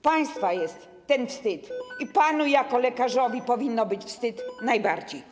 Państwa jest ten wstyd i panu jako lekarzowi powinno być wstyd najbardziej.